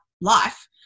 life